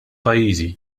pajjiżi